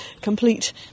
complete